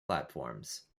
platforms